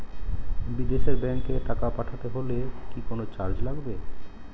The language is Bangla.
বিদেশের ব্যাংক এ টাকা পাঠাতে হলে কি কোনো চার্জ লাগবে?